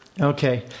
Okay